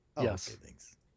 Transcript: Yes